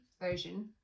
version